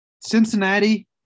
Cincinnati